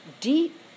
deep